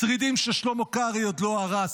השרידים ששלמה קרעי עוד לא הרס.